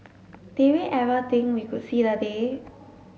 did we ever think we could see the day